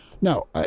no